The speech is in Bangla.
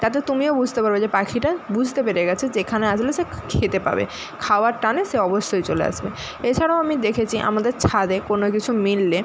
তাতে তুমিও বুঝতে পারবে যে পাখিটা বুঝতে পেরে গেছে যে এখানে আসলে সে খেতে পাবে খাওয়ার টানে সে অবশ্যই চলে আসবে এছাড়াও আমি দেখেছি আমাদের ছাদে কোনো কিছু মিললে